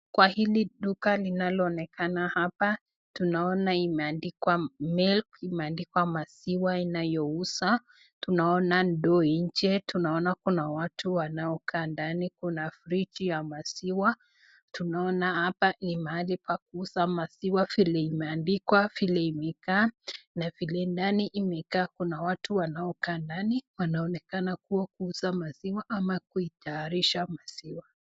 Kwa hili duka linaloonekana hapa, tunaona imeandikwa milk imeandikwa maziwa inayo uzwa. tunaoana ndio nje, tunaona watu wanao kaa ndani, kuna friji ya maziwa, tunaona hapa ni mahali pa kuuza maziwa vile imeandikwa, vile imekaa, na vile ndani imekaa kuna watu wanao kaa ndani, wanaonekana kuwa kuuza maziwa ama kuitarisha maziwa.